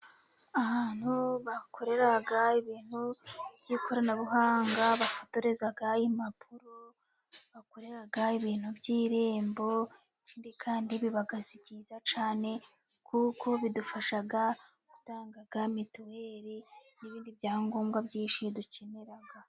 Ahantu bakorera ibintu by'ikoranabuhanga, bafotoreza impapuro, bakorera ibintu by'irembo kandi biba byiza cyane, kuko bidufasha gutanga mituweli n'ibindi byangombwa byinshi dukenera.